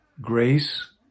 Grace